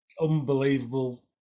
unbelievable